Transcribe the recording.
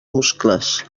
muscles